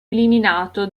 eliminato